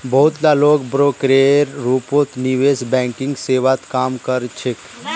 बहुत ला लोग ब्रोकरेर रूपत निवेश बैंकिंग सेवात काम कर छेक